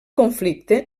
conflicte